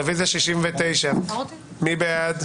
רביזיה על 53ב. מי בעד?